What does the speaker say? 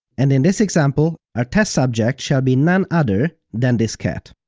and in this example, our test subject shall be none other than this cat.